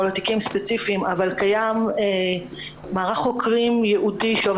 לתיקים ספציפיים אבל קיים מערך חוקרים ייעודי שעובר